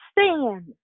Stand